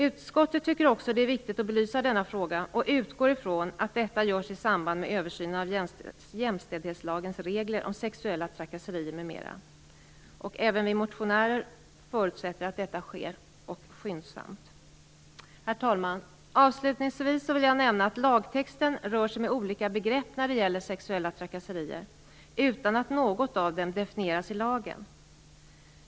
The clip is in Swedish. Utskottet tycker också att det är viktigt att belysa denna fråga och utgår från att detta görs i samband med översynen av jämställdhetslagens regler om sexuella trakasserier m.m. Även vi motionärer förutsätter att detta sker och att det sker skyndsamt. Herr talman! Avslutningsvis vill jag nämna att lagtexten rör sig med olika begrepp när det gäller sexuella trakasserier utan att något av dem definieras i lagen.